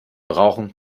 gebrauchen